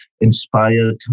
inspired